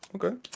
Okay